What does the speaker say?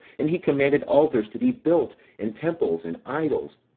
and he commanded altars to be built, and temples, and idols,